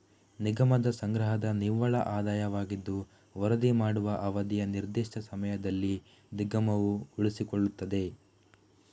ನಿಗಮದ ಸಂಗ್ರಹದ ನಿವ್ವಳ ಆದಾಯವಾಗಿದ್ದು ವರದಿ ಮಾಡುವ ಅವಧಿಯ ನಿರ್ದಿಷ್ಟ ಸಮಯದಲ್ಲಿ ನಿಗಮವು ಉಳಿಸಿಕೊಳ್ಳುತ್ತದೆ